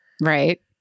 Right